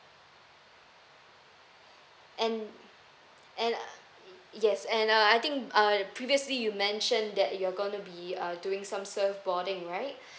and and yes and uh I think uh previously you mentioned that you're going to be uh doing some surf boarding right